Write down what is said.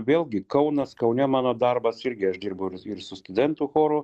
vėlgi kaunas kaune mano darbas irgi aš dirbu ir su studentų choru